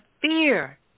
fear